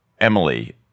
Emily